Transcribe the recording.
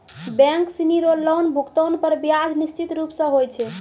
bank सिनी रो loan भुगतान पर ब्याज निश्चित रूप स होय छै